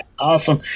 awesome